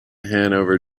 hanover